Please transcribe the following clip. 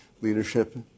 leadership